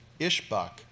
Ishbak